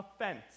offense